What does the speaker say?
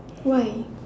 why